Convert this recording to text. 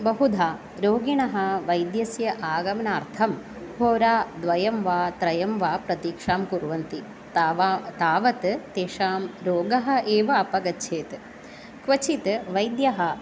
बहुधा रोगिणः वैद्यस्य आगमनार्थं होराद्वयं वा त्रयं वा प्रतीक्षां कुर्वन्ति ताव तावत् तेषां रोगः एव अपगच्छेत् क्वचित् वैद्यः